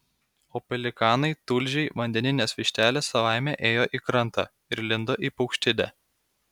o pelikanai tulžiai vandeninės vištelės savaime ėjo į krantą ir lindo į paukštidę